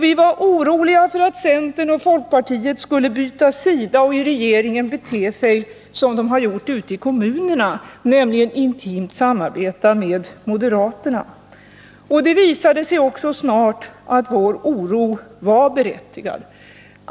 Vi var oroliga för att centern och folkpartiet skulle byta sida och i regeringen bete sig som de har gjort ute i kommunerna, nämligen intimt samarbeta med moderaterna. Det visade sig också snart att vår oro var berättigad.